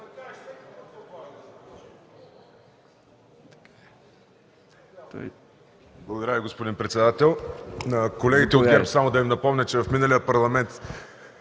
Благодаря Ви, господин председател. На колегите от ГЕРБ само да им напомня, че в миналия Парламент